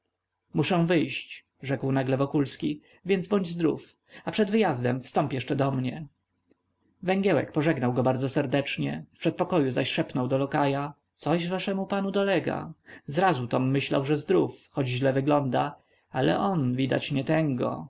muszę wyjść rzekł nagle wokulski więc bądź zdrów a przed wyjazdem wstąp jeszcze do mnie węgiełek pożegnał go bardzo serdecznie w przedpokoju zaś szepnął do lokaja coś waszemu panu dolega zrazu tom myślał że zdrów choć źle wygląda ale on widać nie tęgo